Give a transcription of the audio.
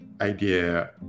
idea